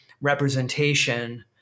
representation